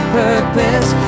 purpose